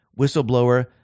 Whistleblower